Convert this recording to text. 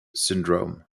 syndrome